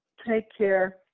take care.